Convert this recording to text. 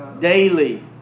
Daily